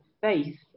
faith